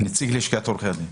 נציג לשכת עורכי הדין.